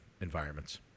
environments